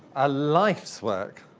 a life's work.